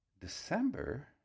December